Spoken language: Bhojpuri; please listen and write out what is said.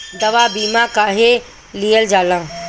दवा बीमा काहे लियल जाला?